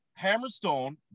Hammerstone